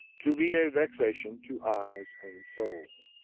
to be a vexation to eyes and soul.